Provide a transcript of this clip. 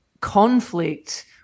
conflict